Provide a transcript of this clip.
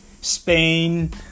Spain